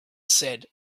said